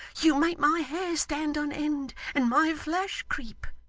you make my hair stand on end, and my flesh creep.